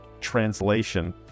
translation